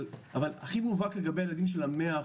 אבל הכי מובהק לגבי ילדים של ה-100%.